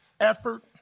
effort